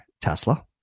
Tesla